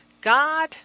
God